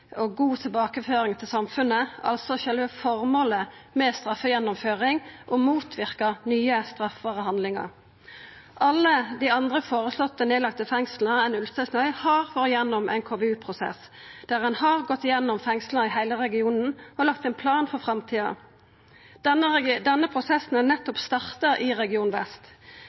og god tilbakeføring til samfunnet, altså sjølve føremålet med straffegjennomføring: å motverka nye straffbare handlingar. Alle dei andre føreslått nedlagde fengsla utanom Ulvsnesøy har vore gjennom ein KVU-prosess, der ein har gått gjennom fengsla i heile regionen og lagt ein plan for framtida. Denne prosessen har nettopp starta i region vest.